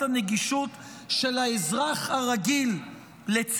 הנגישות של צדק משפטי לאזרח הרגיל.